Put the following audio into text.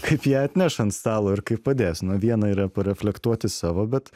kaip ją atneš ant stalo ir kaip padės nu viena yra pareflektuoti savo bet